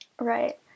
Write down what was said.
Right